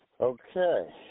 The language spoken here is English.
Okay